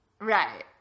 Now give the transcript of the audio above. Right